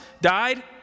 died